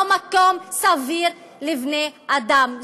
לא מקום סביר לבני אדם.